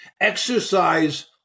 exercise